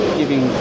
giving